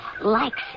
likes